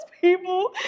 people